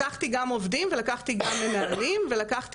לקחתי גם עובדים ולקחתי גם מנהלים ולקחתי